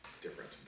different